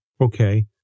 Okay